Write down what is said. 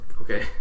Okay